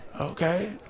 Okay